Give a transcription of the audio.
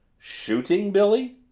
shooting, billy?